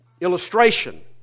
illustration